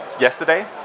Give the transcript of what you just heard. yesterday